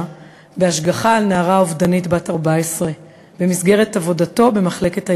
בהשגחה על נערה אובדנית בת 14 במסגרת עבודתו במחלקת הילדים.